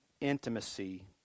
intimacy